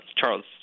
Charles